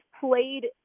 played